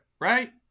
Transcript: right